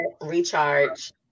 Recharge